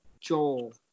Joel